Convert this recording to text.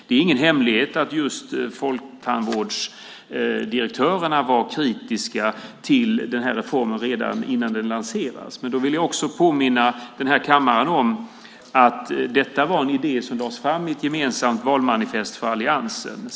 Det är ingen hemlighet att just folktandvårdsdirektörerna var kritiska till den här reformen redan innan den lanserades. Men då vill jag också påminna den här kammaren om att detta var en idé som lades fram i ett gemensamt valmanifest för alliansen.